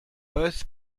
both